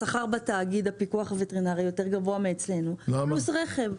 אבל השכר בתאגיד הפיקוח הווטרינרי יותר גבוה מאצלנו והם מקבלים גם רכב.